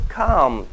come